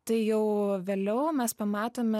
tai jau vėliau mes pamatome